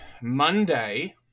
monday